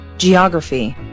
Geography